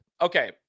okay